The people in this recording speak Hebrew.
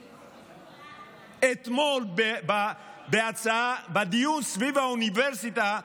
אתמול, בדיון סביב האוניברסיטה בגליל,